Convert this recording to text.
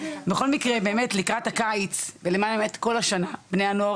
בכל מקרה באמת לקראת הקיץ ולמען האמת כל השנה בני הנוער